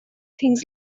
things